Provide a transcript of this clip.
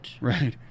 Right